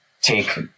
take